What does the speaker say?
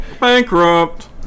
Bankrupt